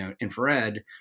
infrared